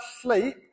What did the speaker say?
sleep